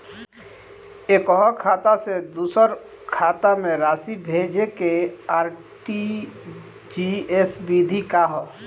एकह खाता से दूसर खाता में राशि भेजेके आर.टी.जी.एस विधि का ह?